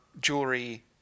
jewelry